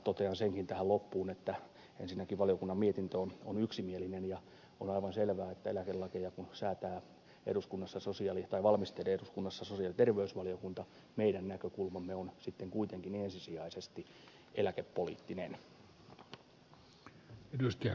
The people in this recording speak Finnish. totean senkin tähän loppuun että ensinnäkin valiokunnan mietintö on yksimielinen ja toisaalta on aivan selvää että kun eläkelakeja valmistelee eduskunnassa sosiaali ja terveysvaliokunta niin meidän näkökulmamme on sitten kuitenkin ensisijaisesti eläkepoliittinen